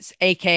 AK